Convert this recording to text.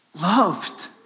loved